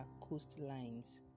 coastlines